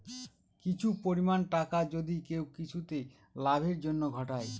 কিছু পরিমাণ টাকা যদি কেউ কিছুতে লাভের জন্য ঘটায়